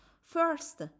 First